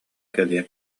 кэлиэм